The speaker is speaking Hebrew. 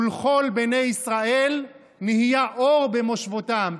ולכל בני ישראל נהיה אור במושבתם.